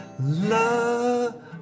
love